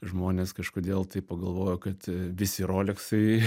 žmonės kažkodėl tai pagalvojo kad visi roleksai